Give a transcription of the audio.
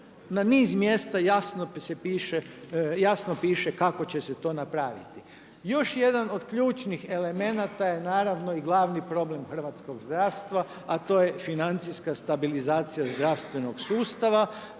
se piše, jasno piše kako će se to napraviti. Još jedan od ključnih elemenata je naravno i glavni problem hrvatskog zdravstva a to je financijska stabilizacija zdravstvenog sustava.